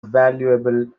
valuable